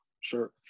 sure